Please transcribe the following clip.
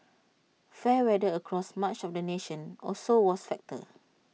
fair weather across much of the nation also was factor